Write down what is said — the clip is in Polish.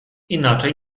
inaczej